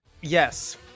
Yes